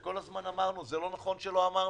כל הזמן אמרנו, לא נכון שלא אמרנו.